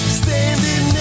standing